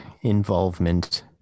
involvement